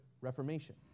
reformation